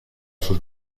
sus